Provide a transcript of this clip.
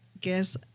guess